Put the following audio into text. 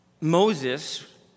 Moses